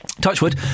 Touchwood